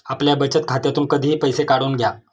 आपल्या बचत खात्यातून कधीही पैसे काढून घ्या